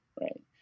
right